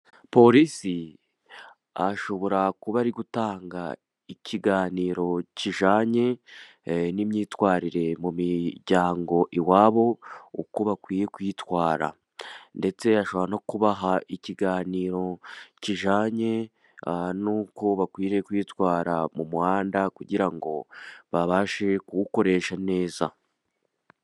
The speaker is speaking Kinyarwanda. Umupolisi ashobora kuba ari gutanga ikiganiro kijyanye n'imyitwarire mu miryango iwabo uko bakwiye kwitwara, ndetse ashobora no kubaha ikiganiro kijyanye n'uko bakwiriye kwitwara mu muhanda, kugira ngo babashe kuwukoresha neza.